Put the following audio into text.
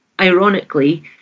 ironically